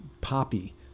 Poppy